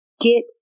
Get